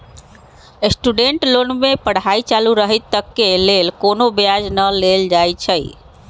student loan में पढ़ाई चालू रहइत तक के लेल कोनो ब्याज न लेल जाइ छइ